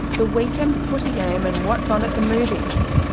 the weekend footy game and what's on at the movies.